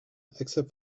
except